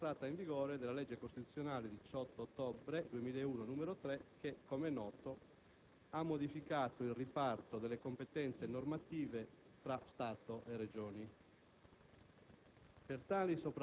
ma a seguito dell'entrata in vigore della legge costituzionale 18 ottobre 2001, n. 3, che - com'è noto - ha modificato il riparto delle competenze normative fra Stato e Regioni.